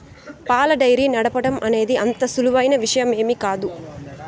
పాల డెయిరీ నడపటం అనేది అంత సులువైన విషయమేమీ కాదు